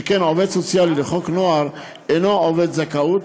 שכן עובד סוציאלי לחוק נוער אינו עובד זכאות,